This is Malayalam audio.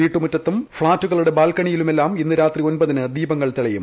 വീട്ടുമുറ്റത്തും ഫ്ളാറ്റുകളുടെ ബാൽക്കണിയി ലുമെല്ലാം ഇന്ന് രാത്രി ഒമ്പതിന് ദീപങ്ങൾ തെളിയും